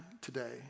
today